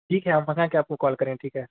ठीक है आप बता कर हमको कल करें ठीक है